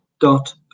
dot